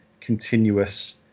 continuous